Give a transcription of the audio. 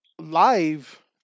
live